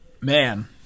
Man